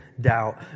doubt